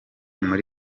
muri